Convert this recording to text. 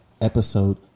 episode